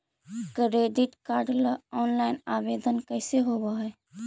Credit card ल online आवेदन कैसे होब है?